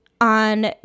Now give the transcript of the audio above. on